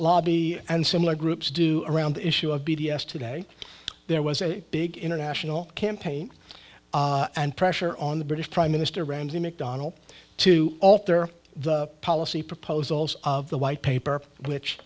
lobby and similar groups do around the issue of b d s today there was a big international campaign and pressure on the british prime minister randy mcdonnell to alter the policy proposals of the white paper which